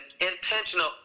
intentional